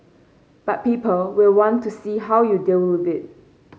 but people will want to see how you deal with it